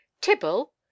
Tibble